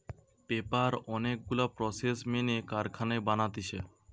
paper অনেক গুলা process মেনে কারখানায় বানাতিছে